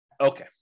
Okay